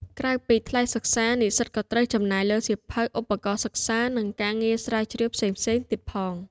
ក្រៅពីថ្លៃសិក្សា និស្សិតក៏ត្រូវចំណាយលើសៀវភៅ ឧបករណ៍សិក្សា និងការងារស្រាវជ្រាវផ្សេងៗទៀតផងដែរ។